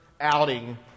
outing